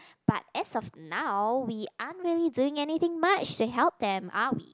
but as of now we aren't really doing anything much to help them are we